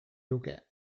luke